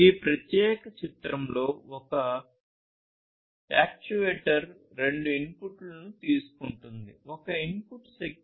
ఈ ప్రత్యేక చిత్రంలో ఒక యాక్యుయేటర్ రెండు ఇన్పుట్లను తీసుకుంటుంది ఒక ఇన్పుట్ శక్తి